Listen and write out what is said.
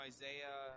Isaiah